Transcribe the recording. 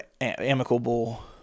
amicable